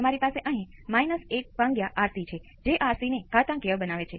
તમારી પાસે એક અલગ સર્કિટ છે જ્યાં RC1 અને CR શ્રેણીમાં છે